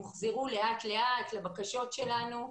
הם הוחזרו לאט לאט לבקשות שלנו,